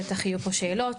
בטח יהיו פה שאלות.